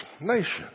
nation